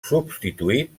substituït